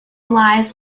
lies